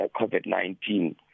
COVID-19